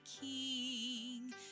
king